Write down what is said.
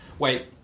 Wait